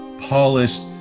polished